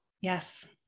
Yes